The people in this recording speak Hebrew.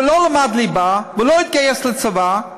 שלא למד ליבה ולא התגייס לצבא,